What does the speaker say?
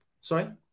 sorry